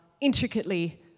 intricately